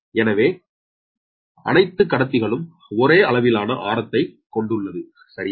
எனவே அணைத்து கடத்திகளும் ஒரே அளவிலான ஆரத்தை கொண்டுள்ளது சரியா